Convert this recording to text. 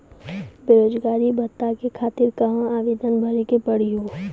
बेरोजगारी भत्ता के खातिर कहां आवेदन भरे के पड़ी हो?